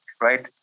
right